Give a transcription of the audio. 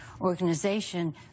organization